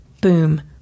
boom